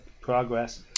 Progress